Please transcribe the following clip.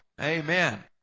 Amen